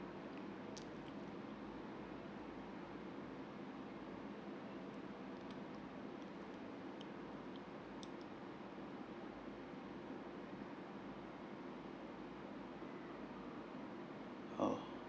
oh